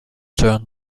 turn